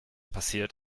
passiert